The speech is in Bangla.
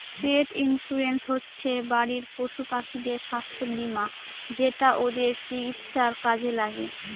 পেট ইন্সুরেন্স হচ্ছে বাড়ির পশুপাখিদের স্বাস্থ্য বীমা যেটা ওদের চিকিৎসার কাজে লাগে